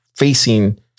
facing